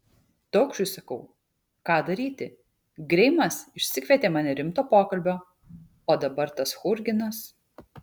daukšui sakau ką daryti greimas išsikvietė mane rimto pokalbio o dabar tas churginas